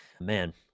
man